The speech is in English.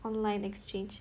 online exchange